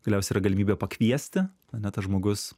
galiausiai yra galimybė pakviesti ane tas žmogus